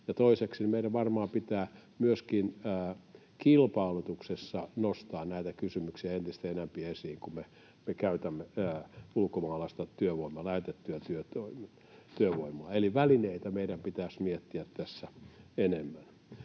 Toiseksi meidän varmaan pitää myöskin kilpailutuksessa nostaa näitä kysymyksiä entistä enemmän esiin, kun me käytämme ulkomaalaista työvoimaa, lähetettyä työvoimaa. Eli välineitä meidän pitäisi miettiä tässä enemmän.